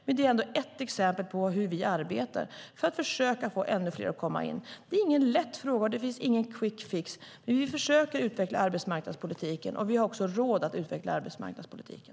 Det här är ändå ett exempel på hur vi arbetar för att försöka få ännu fler att komma in på arbetsmarknaden. Det här är ingen lätt fråga, och det finns ingen quick fix. Vi försöker utveckla arbetsmarknadspolitiken, och vi har också råd att utveckla arbetsmarknadspolitiken.